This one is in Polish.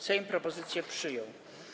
Sejm propozycję przyjął.